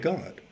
God